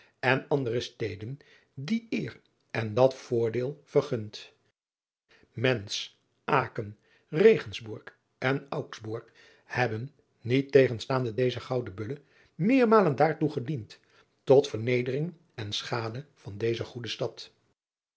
en andere steden die eer en dat voordeel vergunt entz ken egensburg en ugsburg hebben niettegenstaande deze gouden ulle meermalen daartoe gediend tot vernedering en schade van deze goede stad